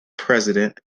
president